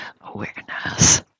awareness